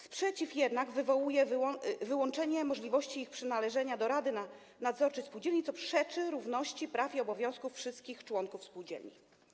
Sprzeciw jednak wywołuje wyłączenie możliwości ich przynależenia do rady nadzorczej spółdzielni, co przeczy równości praw i obowiązków wszystkich członków spółdzielni.